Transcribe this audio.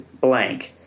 blank